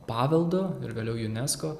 paveldo ir vėliau unesco